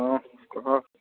ହଁ କହ